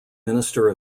minister